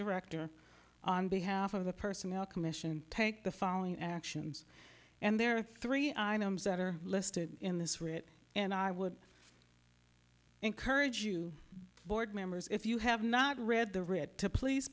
director on behalf of the personnel commission take the following actions and there are three items that are listed in this writ and i would encourage you board members if you have not read the writ to please